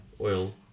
oil